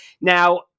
Now